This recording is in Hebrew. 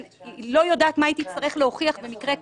היא לא יודעת מה היא תצטרך להוכיח במקרה כזה.